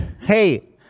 hey